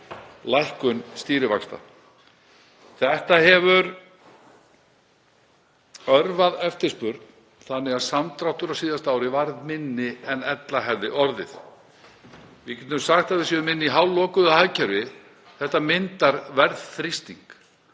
lækkun stýrivaxta. Þetta hefur örvað eftirspurn þannig að samdrátturinn á síðasta ári varð minni en ella hefði orðið. Við getum sagt að við séum inni í hálflokuðu hagkerfi og það myndar verðþrýsting